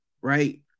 right